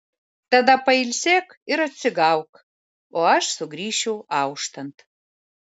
tada pailsėk ir atsigauk o aš sugrįšiu auštant